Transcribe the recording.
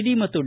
D ಮತ್ತು D